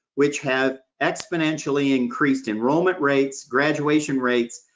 which have exponentially increased enrollment rates, graduation rates,